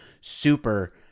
super